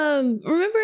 Remember